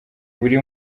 buri